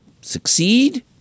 succeed